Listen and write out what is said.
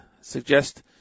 suggest